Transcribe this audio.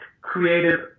creative